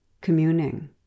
communing